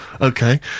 Okay